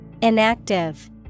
inactive